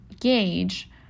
gauge